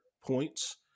points